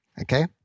Okay